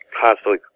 constantly